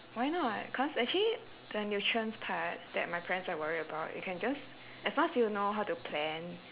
why not cause actually the nutrients part that my parents are worried about you can just as long as you know how to plan